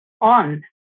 on